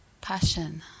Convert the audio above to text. passion